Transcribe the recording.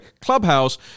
Clubhouse